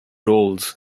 roles